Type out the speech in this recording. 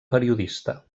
periodista